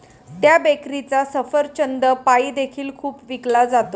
त्या बेकरीचा सफरचंद पाई देखील खूप विकला जातो